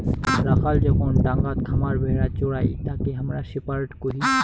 রাখাল যখন ডাঙাত খামার ভেড়া চোরাই তাকে হামরা শেপার্ড কহি